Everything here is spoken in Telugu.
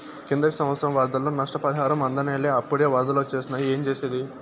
కిందటి సంవత్సరం వరదల్లో నష్టపరిహారం అందనేలా, అప్పుడే ఒరదలొచ్చేసినాయి ఏంజేసేది